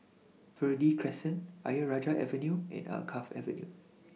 Verde Crescent Ayer Rajah Avenue and Alkaff Avenue